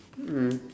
mm